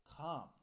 come